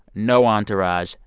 no entourage,